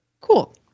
Cool